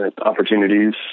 opportunities